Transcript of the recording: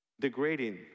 degrading